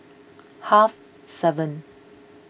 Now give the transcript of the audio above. half seven